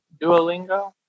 Duolingo